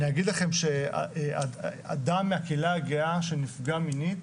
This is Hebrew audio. אני אגיד לכם שאדם מהקהילה הגאה שנפגע מינית